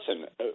listen